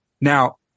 Now